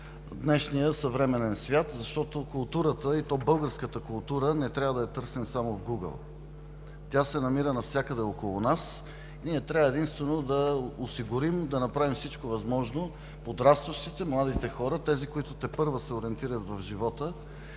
днешния съвременен свят. Защото културата, и то българската култура, не трябва да я търсим само в Гугъл. Тя се намира навсякъде около нас. Ние трябва единствено да осигурим и направим всичко възможно подрастващите, младите хора – тези, които тепърва се ориентират в живота